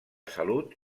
salut